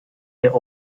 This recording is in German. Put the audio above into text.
der